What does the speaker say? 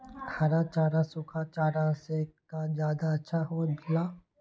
हरा चारा सूखा चारा से का ज्यादा अच्छा हो ला?